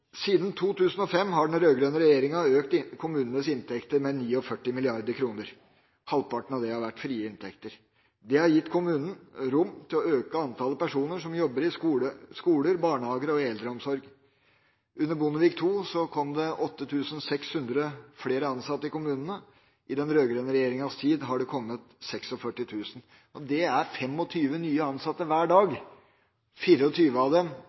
Siden 2005 har den rød-grønne regjeringa økt kommunenes inntekter med 49 mrd. kr, halvparten av det har vært frie inntekter. Det har gitt kommunene rom til å øke antallet personer som jobber i skoler, i barnehager og i eldreomsorg. Under Bondevik II kom det 8 600 flere ansatte i kommunene. I den rød-grønne regjeringas tid har det kommet 46 000. Det er 25 nye ansatte hver dag – 24 av dem